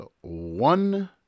one